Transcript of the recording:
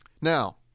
Now